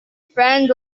friend